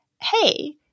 hey